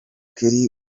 kelly